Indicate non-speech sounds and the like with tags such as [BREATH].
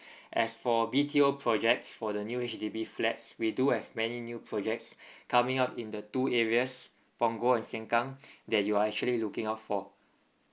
as for B T O projects for the new H_D_B flats we do have many new projects [BREATH] coming up in the two areas punggol and sengkang [BREATH] that you are actually looking out for